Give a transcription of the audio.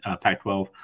Pac-12